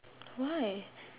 why